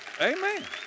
Amen